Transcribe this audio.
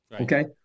Okay